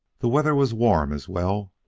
the weather was warm, as well,